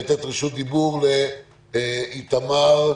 בבקשה, איתמר גזלה,